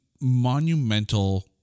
monumental